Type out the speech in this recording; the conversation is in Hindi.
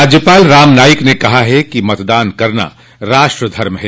राज्यपाल राम नाईक ने कहा कि मतदान करना राष्ट्र धर्म है